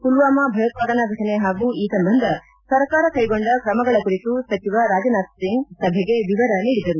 ಪುಲ್ವಾಮಾ ಭಯೋತ್ಪಾದನಾ ಘಟನೆ ಹಾಗೂ ಈ ಸಂಬಂಧ ಸರ್ಕಾರ ಕೈಗೊಂಡ ಕ್ರಮಗಳ ಕುರಿತು ಸಚಿವ ರಾಜನಾಥ್ ಸಿಂಗ್ ಸಭೆಗೆ ವಿವರ ನೀಡಿದರು